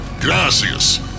Gracias